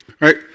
Right